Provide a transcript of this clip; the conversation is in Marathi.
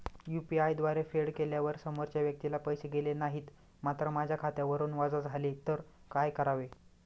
यु.पी.आय द्वारे फेड केल्यावर समोरच्या व्यक्तीला पैसे गेले नाहीत मात्र माझ्या खात्यावरून वजा झाले तर काय करावे?